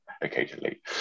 occasionally